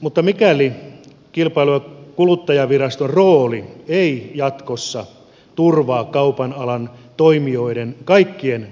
mutta mikäli kilpailu ja kuluttajaviraston rooli ei jatkossa turvaa kaupan alan toimijoiden kaikkien